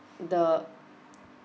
the